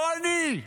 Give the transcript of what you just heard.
לא אני.